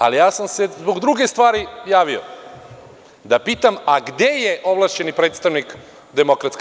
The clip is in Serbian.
Ali, ja sam se zbog druge stvari javio, da pitam gde je ovlašćeni predstavnik DS?